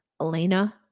Elena